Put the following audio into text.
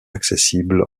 accessible